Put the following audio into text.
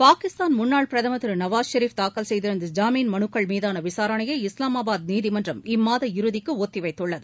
பாகிஸ்தான் முன்னாள் பிரதமர் திரு நவாஸ் ஷெரீப் தாக்கல் செய்திருந்த ஜாமீன் மனுக்கள் மீதான விசாரணையை இஸ்லாமாபாத் நீதிமன்றம் இம்மாத இறுதிக்கு ஒத்தி வைத்துள்ளது